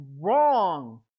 wrong